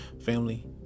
Family